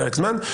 פרק זמן,